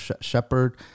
shepherd